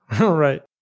right